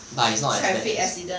but is not as bad as